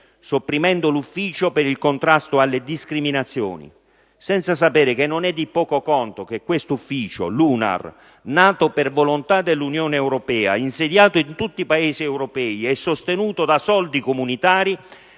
sopprimendo l'Ufficio per il contrasto delle discriminazioni, senza sapere che non è di poco conto che questo ufficio (l'UNAR), nato per volontà dell'Unione europea, insediato in tutti i Paesi europei e sostenuto da risorse comunitarie,